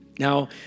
Now